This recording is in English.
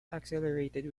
accelerated